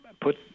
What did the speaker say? put